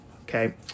okay